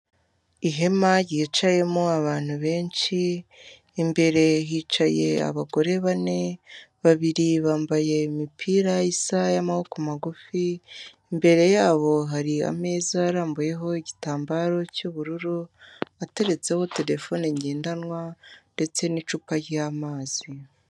Ihema ryicayemo abantu benshi imbere hicaye abagore bane babiri bambaye imipira isaha y'amaboko magufi, imbere yabo hari ameza arambuyeho igitambaro cy'ubururu ateretseho terefone ngendanwa ndetse n'icupa ry'amazi.